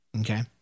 Okay